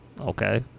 okay